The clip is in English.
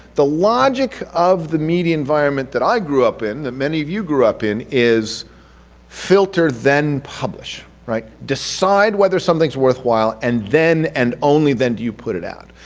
the logic of the media environment that i grew up in, that many of you grew up in, is filter, then publish, right? decide whether something is worthwhile and then and only then do you put it out.